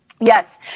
Yes